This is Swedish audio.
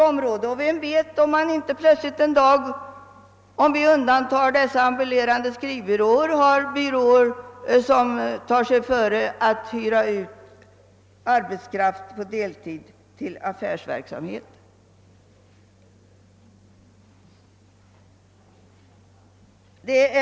Om vi inte nu ingriper kanske vi en dag vid sidan av dessa ambulerande skrivbyråer har byråer som hyr ut arbetskraft på deltid till affärsverksamheten.